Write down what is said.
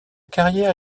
carrière